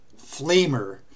Flamer